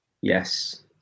Yes